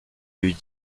eût